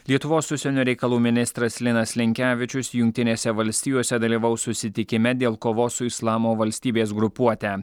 lietuvos užsienio reikalų ministras linas linkevičius jungtinėse valstijose dalyvaus susitikime dėl kovos su islamo valstybės grupuote